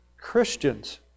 Christians